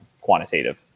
quantitative